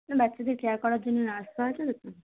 ma'am বাচ্চাদের care করার জন্য নার্স আছে তো